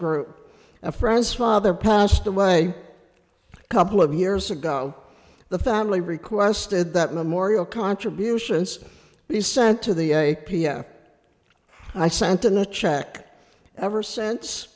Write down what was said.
group of friends father passed away a couple of years ago the family requested that memorial contributions be sent to the piano i sent in a check ever since